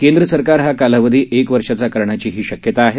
केंद्र सरकार हा कालावधी एक वर्षाचा करण्याचीही शक्यता आहे